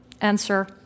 Answer